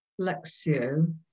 lexio